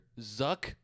Zuck